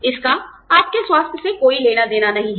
इसका आपके स्वास्थ्य से कोई लेना देना नहीं है